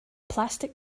plastic